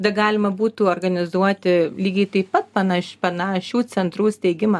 tada galima būtų organizuoti lygiai taip pat panaš panašių centrų steigimą